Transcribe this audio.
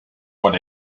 what